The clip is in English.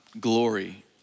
glory